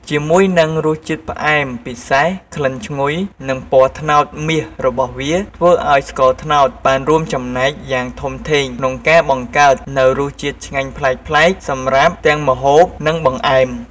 ជាមួយនឹងរសជាតិផ្អែមពិសេស ក្លិនឈ្ងុយ និងពណ៌ត្នោតមាសរបស់វា ធ្វើឱ្យស្ករត្នោតបានរួមចំណែកយ៉ាងធំធេងក្នុងការបង្កើតនូវរសជាតិឆ្ងាញ់ប្លែកៗសម្រាប់ទាំងម្ហូប និងបង្អែម។